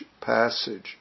passage